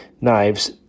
knives